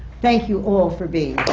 thank you all for being